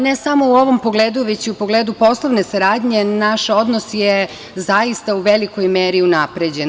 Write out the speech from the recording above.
Ne samo u ovom pogledu, već i u pogledu poslovne saradnje naš odnos je zaista u velikoj meri unapređen.